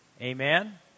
Amen